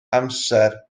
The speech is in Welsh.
amser